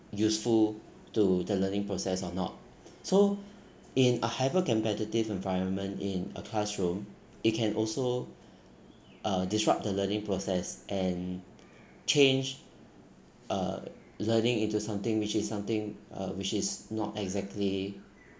useful to the learning process or not so in a hyper competitive environment in a classroom it can also uh disrupt the learning process and change uh learning into something which is something uh which is not exactly